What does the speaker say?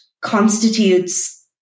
constitutes